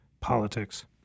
politics